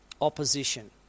opposition